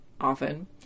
often